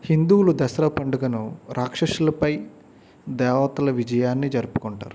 హిందువులు దసరా పండుగను రాక్షసులపై దేవతల విజయాన్ని జరుపుకుంటారు